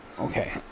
Okay